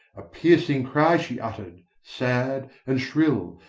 a piercing cry she uttered, sad and shrill,